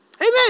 Amen